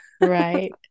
Right